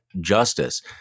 justice